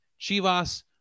Chivas